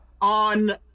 on